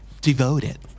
Devoted